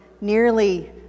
nearly